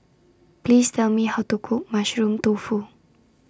Please Tell Me How to Cook Mushroom Tofu